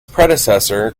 predecessor